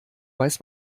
weiß